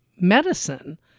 medicine